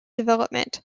development